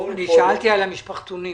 אני שאלתי על המשפחתונים.